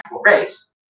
race